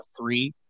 three